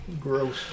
Gross